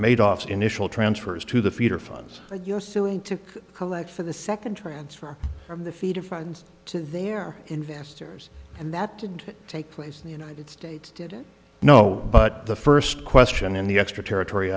made off initial transfers to the feeder funds to collect for the second transfer from the feeder funds to their investors and that didn't take place in the united states didn't know but the first question in the extraterritor